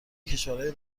کشورهای